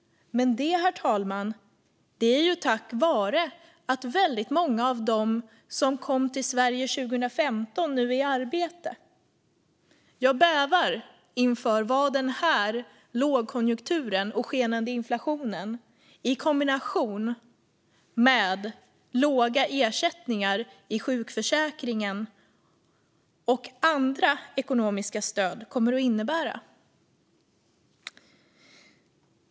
Men det, herr talman, är tack vare att väldigt många av dem som kom till Sverige 2015 nu är i arbete. Jag bävar inför vad lågkonjunkturen och den skenande inflationen i kombination med låga ersättningar i sjukförsäkringen och andra ekonomiska stöd kommer att innebära.